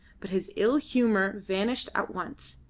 but his ill-humour vanished at once,